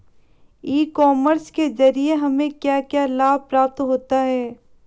ई commerce के ज़रिए हमें क्या क्या लाभ प्राप्त होता है?